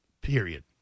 period